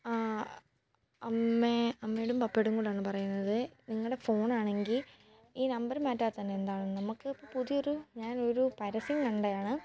ആ അമ്മേ അമ്മയോടും പപ്പയോടും കൂടെയാണ് പറയുന്നത് നിങ്ങളുടെ ഫോൺ ആണെങ്കിൽ ഈ നമ്പർ മാറ്റാതെ തന്നെ എന്താണ് നമുക്ക് ഇപ്പോൾ പുതിയൊരു ഞാനൊരു പരസ്യം കണ്ടതാണ്